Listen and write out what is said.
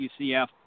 UCF